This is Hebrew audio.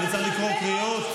אני צריך לקרוא קריאות?